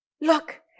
look